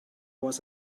was